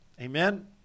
Amen